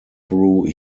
though